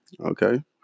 okay